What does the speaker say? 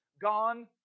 gone